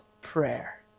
prayer